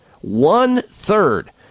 One-third